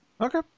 okay